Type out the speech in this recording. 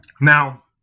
Now